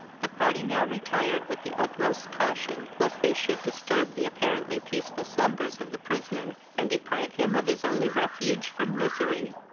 the party now retired with the utmost caution, lest they should disturb the apparently-peaceful slumbers of the prisoner, and deprive him of his only refuge from misery.